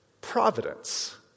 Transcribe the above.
providence